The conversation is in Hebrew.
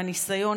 מהניסיון,